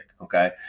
okay